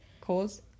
cause